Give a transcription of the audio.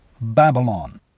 Babylon